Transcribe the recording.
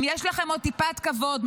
אם יש לכם עוד טיפת כבוד,